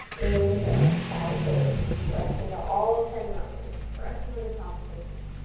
inhale, cow pose. press into all ten knuckles. press into the tops of the feet.